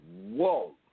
Whoa